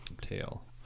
tail